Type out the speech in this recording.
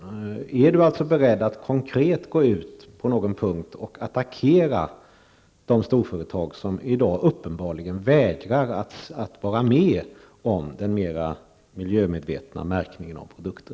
Är miljöministern alltså beredd att konkret gå ut på någon punkt och attackera de storföretag som i dag uppenbarligen vägrar att vara med om den mer miljömedvetna märkningen av produkter?